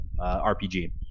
RPG